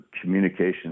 communication